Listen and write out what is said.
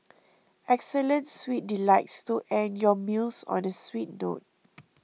excellent sweet delights to end your meals on a sweet note